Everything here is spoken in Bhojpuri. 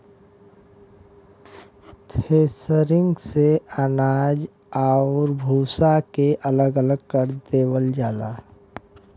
थ्रेसिंग से अनाज आउर भूसा के अलग अलग कर देवल जाला